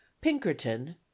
pinkerton